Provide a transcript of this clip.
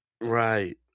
right